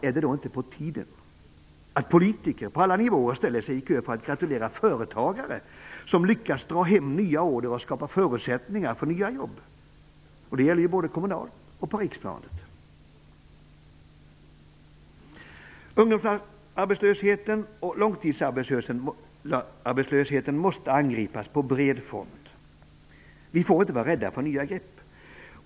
Är det inte på tiden att politiker på alla nivåer ställer sig i kö för att gratulera företagare som lyckas dra hem nya order och skapa förutsättningar för nya jobb? Det gäller både kommunalt och på riksplanet. Ungdomsarbetslösheten och långtidsarbetslösheten måste angripas på bred front. Vi får inte vara rädda för nya grepp.